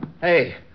Hey